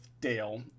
dale